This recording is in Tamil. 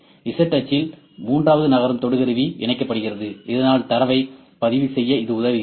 Z அச்சில் மூன்றாவது நகரும் தொடு கருவி இணைக்கப்படும் இதனால் தரவைப் பதிவு செய்ய இது உதவுகிறது